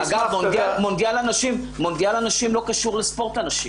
אגב, מונדיאל הנשים לא קשור לספורט הנשים.